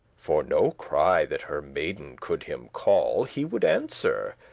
for no cry that her maiden could him call he would answer,